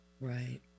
Right